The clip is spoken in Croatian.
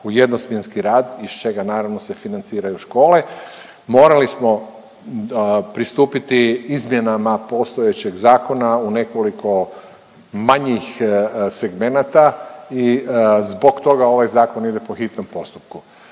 u jednosmjenski rad, iz čega naravno, se financiraju škole, morali smo pristupiti izmjenama postojećeg zakona u nekoliko manjih segmenata i zbog toga ovaj Zakon ide po hitnom postupku.